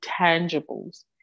tangibles